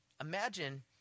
Imagine